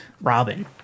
Robin